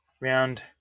round